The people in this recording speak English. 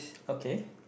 okay